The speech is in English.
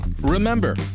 Remember